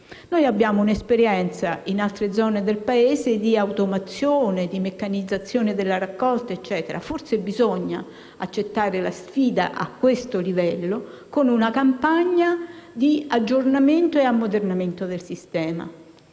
Abbiamo un'esperienza, in altre zone del Paese, di automazione, di meccanizzazione della raccolta. Forse bisogna accettare la sfida a questo livello con una campagna di aggiornamento e ammodernamento del sistema.